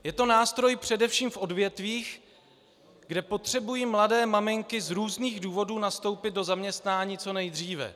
Je to nástroj především v odvětvích, kde potřebují mladé maminky z různých důvodů nastoupit do zaměstnání co nejdříve.